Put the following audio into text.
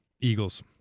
Eagles